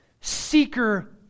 seeker